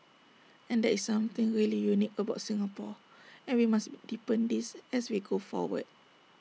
and that is something really unique about Singapore and we must deepen this as we go forward